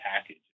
package